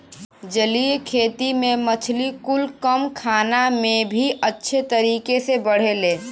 जलीय खेती में मछली कुल कम खाना में भी अच्छे तरीके से बढ़ेले